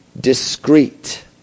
discreet